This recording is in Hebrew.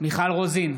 מיכל רוזין,